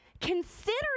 consider